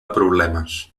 problemes